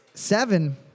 Seven